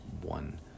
one